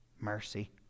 Mercy